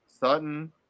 Sutton